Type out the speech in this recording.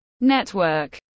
network